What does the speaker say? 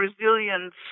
resilience